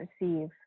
receive